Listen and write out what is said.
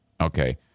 Okay